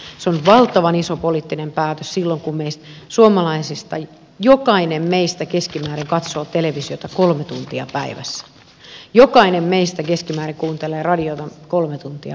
se on valtavan iso poliittinen päätös silloin kun jokainen meistä suomalaisista katsoo televisiota keskimäärin kolme tuntia päivässä jokainen meistä kuuntelee radiota keskimäärin kolme tuntia päivässä